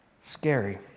scary